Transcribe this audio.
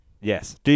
Yes